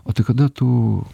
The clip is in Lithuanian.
o tai kada tu